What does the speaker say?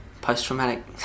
Post-traumatic